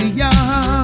young